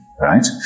right